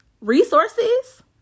resources